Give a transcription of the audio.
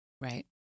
Right